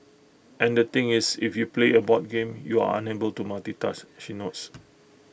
and the thing is if you play A board game you are unable to multitask she notes